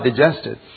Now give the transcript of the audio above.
digested